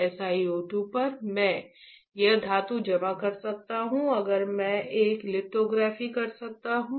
इस SiO 2 पर मैं एक धातु जमा कर सकता हूँ और मैं एक लिथोग्राफी कर सकता हूँ